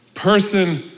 person